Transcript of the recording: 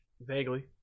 Vaguely